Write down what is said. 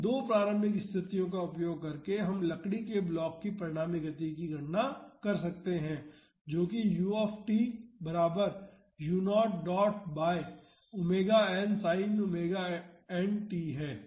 तो इन दो प्रारंभिक स्थितियों का उपयोग करके हम लकड़ी के ब्लॉक की परिणामी गति की गणना कर सकते हैं जो कि u बराबर u0 dot by ⍵n sin ⍵nt है